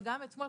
וגם אתמול,